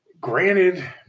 Granted